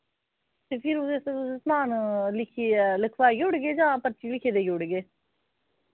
ते फिर उ'दे आस्तै तुस समान लिखियै लिखवाई ओड़गे जां पर्ची लिखियै देई ओड़गे